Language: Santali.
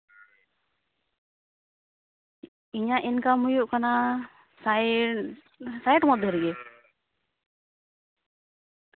ᱤᱧᱟᱹᱜ ᱤᱱᱠᱟᱢ ᱦᱩᱭᱩᱜ ᱠᱟᱱ ᱥᱟᱭᱤᱴ ᱥᱟᱭᱤᱴ ᱢᱚᱫᱽᱫᱷᱮ ᱨᱮᱜᱮ